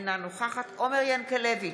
אינה נוכחת עומר ינקלביץ'